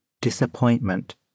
disappointment